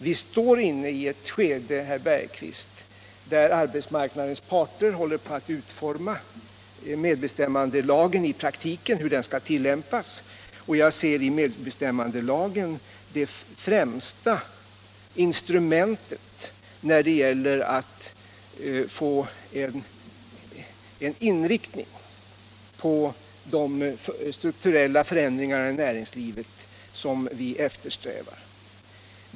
Vi är inne i ett skede, herr Bergqvist, där arbetsmarknadens parter håller på att utforma medbestämmandelagens tillämpning i praktiken. Jag ser medbestämmandelagen som det främsta instrumentet när det gäller att få den inriktning av de strukturella förändringarna i näringslivet som vi eftersträvar.